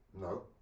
No